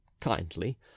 kindly